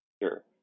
Sure